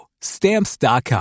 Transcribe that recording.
stamps.com